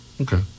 Okay